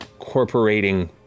corporating